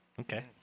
Okay